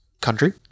country